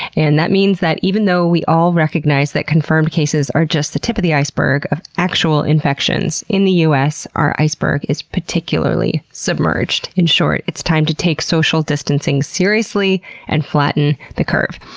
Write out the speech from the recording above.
and that means that even though we all recognize that confirmed cases are just the tip of the iceberg of actual infections in the u s, our iceberg is particularly submerged. in short, it's time to take social distancing seriously and flatten the curve!